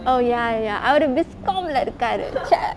oh ya ya அவரு:avaru bizcomm லே இருக்காரு:le irukaaru !chey!